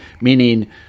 meaning